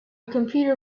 computer